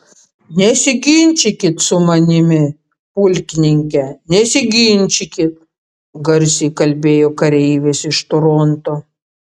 nesiginčykit su manimi pulkininke nesiginčykit garsiai kalbėjo kareivis iš toronto